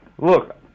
Look